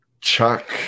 Chuck